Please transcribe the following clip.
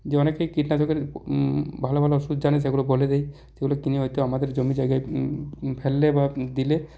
যে অনেকেই কীটনাশকের ভালো ভালো ওষুধ জানে সেগুলো বলে দিক সেগুলো কিনে হয়তো আমাদের জমি জায়গায় ফেললে বা দিলে